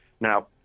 Now